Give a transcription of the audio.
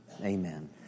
Amen